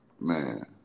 man